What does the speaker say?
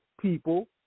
people